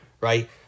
right